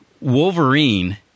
Wolverine